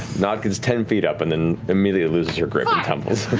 nott gets ten feet up and then immediately loses her grip and tumbles.